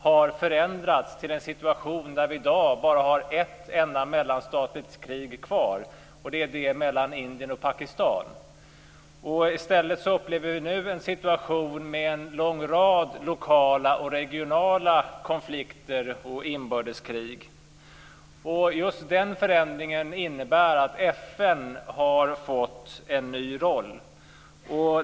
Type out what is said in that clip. I dag finns bara ett enda mellanstatligt krig kvar. Det är kriget mellan Indien och Pakistan. I stället upplever vi nu en situation med en lång rad lokala och regionala konflikter och inbördeskrig. Just den förändringen innebär att FN har fått en ny roll.